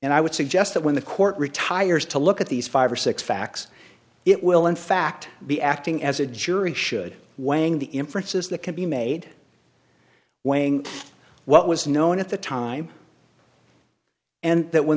and i would suggest that when the court retires to look at these five or six facts it will in fact be acting as a jury should weighing the inferences that can be made weighing what was known at the time and that when